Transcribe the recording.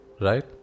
Right